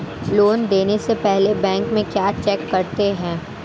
Loan देने से पहले बैंक में क्या चेक करते हैं?